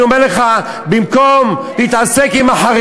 מותר לך לשמוע מה שלא